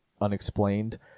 unexplained